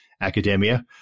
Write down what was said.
academia